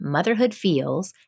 MotherhoodFeels